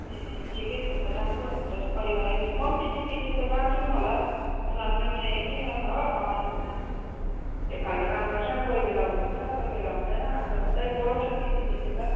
ए ठिकै छ त राम्रो हजुर परिवारै गए पनि म पनि पछिपछि त लान्छु पनि होला उनीहरूलाई पनि यहाँ केमा हो कमानमा त्यही फाल्टो काम गर्छ कोही बेला हुन्छ कोही बेला हुँदैन अन्त उतै बोलाउँछु पछिपछि त